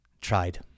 tried